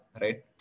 right